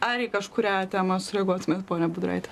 ar į kažkurią temą sureaguotumėt ponia budraite